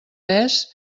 pes